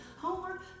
Homework